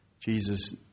Jesus